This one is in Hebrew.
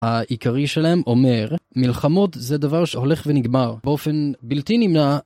העיקרי שלהם אומר, מלחמות זה דבר שהולך ונגמר באופן בלתי נמנע